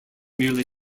merely